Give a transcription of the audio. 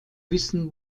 wissen